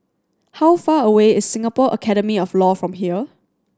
how far away is Singapore Academy of Law from here